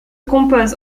compose